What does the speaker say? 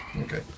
Okay